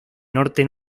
norte